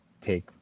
take